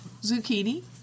Zucchini